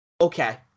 okay